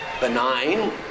benign